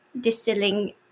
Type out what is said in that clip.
distilling